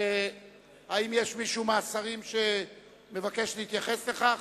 האם מישהו מהשרים מבקש להתייחס לכך?